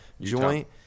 joint